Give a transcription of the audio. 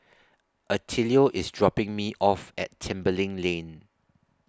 Attilio IS dropping Me off At Tembeling Lane